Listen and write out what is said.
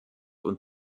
und